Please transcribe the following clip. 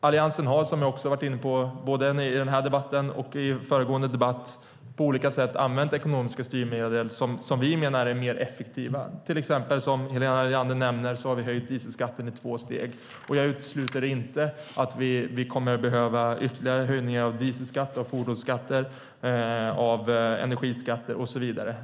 Alliansen har, som jag har varit inne på i den här debatten och i den föregående debatten, på olika sätt använt ekonomiska styrmedel som vi menar är mer effektiva. Som Helena Leander nämner har vi höjt dieselskatten i två steg, och jag utesluter inte att vi kan behöva ytterligare höjningar av dieselskatter, fordonsskatter, energiskatter och så vidare.